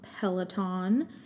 Peloton